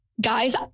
Guys